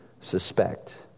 suspect